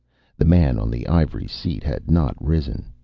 the man on the ivory seat had not risen.